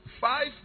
Five